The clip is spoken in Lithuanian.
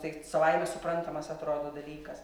tai savaime suprantamas atrodo dalykas